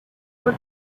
for